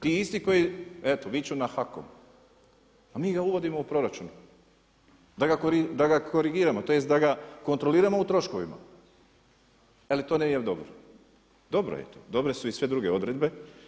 Ti isti koji, eto viču na HAKOM a mi ga uvodimo u proračun, da ga korigiramo, tj. da ga kontroliramo u troškovima ali to nije dobro, dobro je to, dobre su i sve druge odredbe.